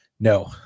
No